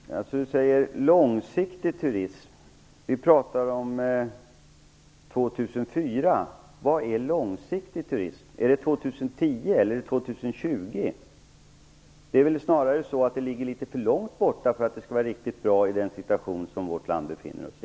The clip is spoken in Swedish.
Herr talman! Charlotta Bjälkebring talar om långsiktig turism. Vi pratar här om år 2004. Vad är långsiktig turism? Är det 2010 eller 2020? Det är väl snarare så att 2004 ligger litet för långt bort för att det skall vara riktigt bra i den situation som vårt land befinner sig i.